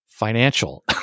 Financial